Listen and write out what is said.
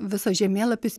visas žemėlapis